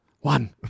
One